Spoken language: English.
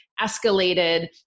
escalated